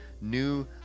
new